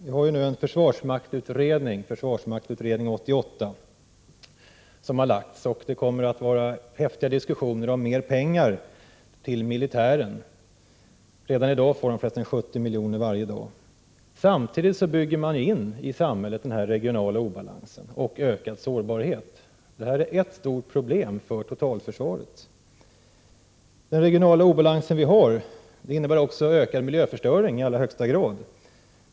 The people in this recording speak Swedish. Det har nu lagts fram en utredning — Försvarsmaktsutredning 88 — och det kommer att bli häftiga diskussioner om mer pengar till militären; redan nu får den för övrigt 70 miljoner varje dag. Samtidigt bygger man in i samhället regional obalans och ökad sårbarhet. Det är ett stort problem för totalförsvaret. Den regionala obalansen innebär också ökad miljöförstöring i allra högsta grad.